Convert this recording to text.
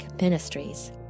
Ministries